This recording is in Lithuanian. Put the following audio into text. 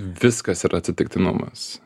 viskas yra atsitiktinumas